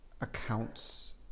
accounts